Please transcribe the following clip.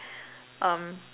um